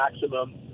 maximum